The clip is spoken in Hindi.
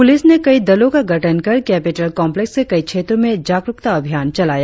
प्रलिस ने कई दलों का गठन कर केपिटल कॉम्प्लेक्स के कई क्षेत्रो में जागरुकता अभियान चलाया